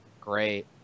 Great